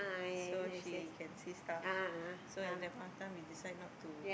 so she can see stuff so at that point of time we decide not to